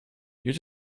you